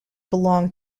belonged